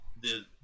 The-